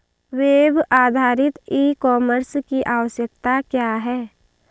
Web आधारित e commerce की आवश्यकता क्या है?